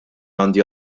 għandi